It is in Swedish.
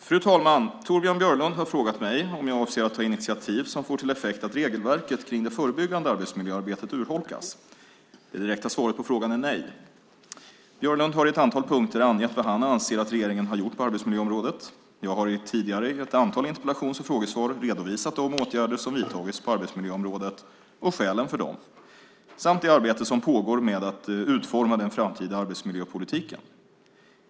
Fru talman! Torbjörn Björlund har frågat mig om jag avser att ta initiativ som får till effekt att regelverket kring det förebyggande arbetsmiljöarbetet urholkas. Det direkta svaret på frågan är nej. Björlund har i ett antal punkter angett vad han anser att regeringen har gjort på arbetsmiljöområdet. Jag har tidigare i ett antal interpellations och frågesvar redovisat de åtgärder som vidtagits på arbetsmiljöområdet och skälen för dem samt det arbete som pågår med att utforma den framtida arbetsmiljöpolitiken.